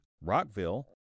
Rockville